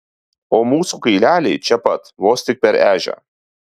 o mūsų kaileliai čia pat vos tik per ežią